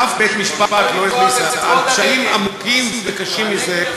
אבל אף בית-משפט לא הכניס על פשעים עמוקים וקשים מזה,